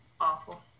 awful